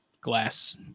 glass